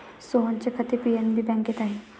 सोहनचे खाते पी.एन.बी बँकेत आहे